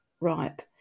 ripe